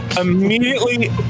Immediately